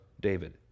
David